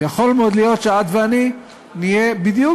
ויכול מאוד להיות שאת ואני נהיה בדיוק